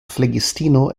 flegistino